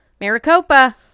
Maricopa